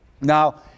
Now